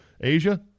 Asia